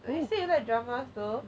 you say like drama though